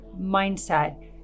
mindset